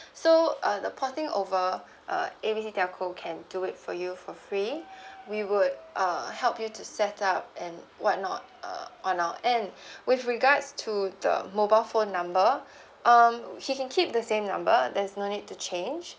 so uh the porting over uh A B C telco can do it for you for free we would uh help you to set up and whatnot uh on our end with regards to the mobile phone number um he can keep the same number there's no need to change